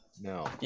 No